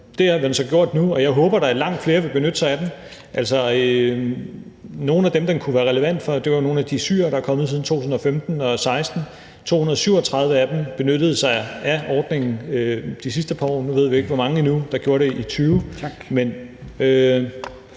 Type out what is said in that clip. Det har man så gjort nu, og jeg håber da, at langt flere vil benytte sig af den. Nogle af dem, den kunne være relevant for, er nogle af de syrere, der er kommet siden 2015 og 2016. 237 af dem benyttede sig af ordningen de sidste par år. Nu ved vi jo endnu ikke, hvor mange der gjorde det i 2020,